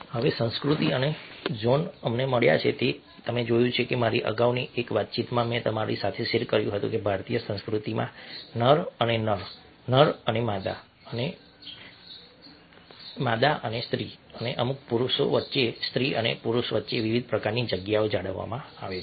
હવે સંસ્કૃતિ અને ઝોન અમને મળ્યા છે કે તમે જોયું કે મારી અગાઉની એક વાતચીતમાં મેં તમારી સાથે શેર કર્યું હતું કે ભારતીય સંસ્કૃતિમાં નર અને નર નર અને માદા અને સ્ત્રી અને પુરૂષ વચ્ચે વિવિધ પ્રકારની જગ્યાઓ જાળવવામાં આવે છે